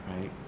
Right